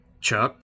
Chuck